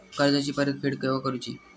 कर्जाची परत फेड केव्हा करुची?